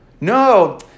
No